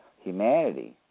Humanity